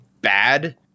bad